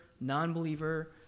non-believer